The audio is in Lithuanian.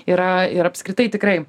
yra ir apskritai tikrai